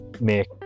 make